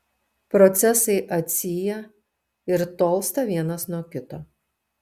procesai atsyja ir tolsta vienas nuo kito